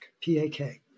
P-A-K